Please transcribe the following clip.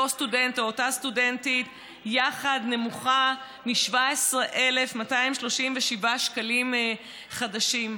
סטודנט או אותה סטודנטית יחד נמוכה מ-17,237 שקלים חדשים.